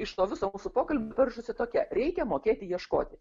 iš to viso mūsų pokalbio peršasi tokia reikia mokėti ieškoti